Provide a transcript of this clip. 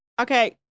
Okay